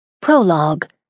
Prologue